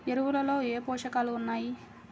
ఎరువులలో ఏ పోషకాలు ఉన్నాయి?